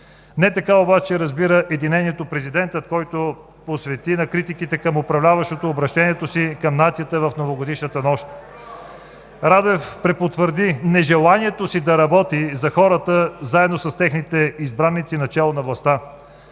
Не така обаче разбира единението президентът, който посвети на критиките към управляващите обръщението си към нацията в новогодишната нощ. (Шум и реплики от „БСП за България“.) Радев препотвърди нежеланието си да работи за хората, заедно с техните избраници, начело на властта.